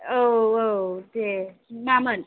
औ औ दे मामोन